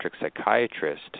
psychiatrist